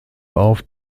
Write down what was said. auf